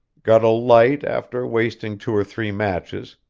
got a light after wasting two or three matches,